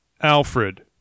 Alfred